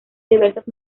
diversas